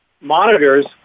monitors